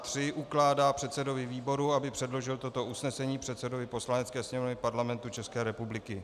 III. ukládá předsedovi výboru, aby předložil toto usnesení předsedovi Poslanecké sněmovny Parlamentu České republiky.